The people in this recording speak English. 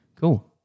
Cool